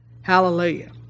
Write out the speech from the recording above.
Hallelujah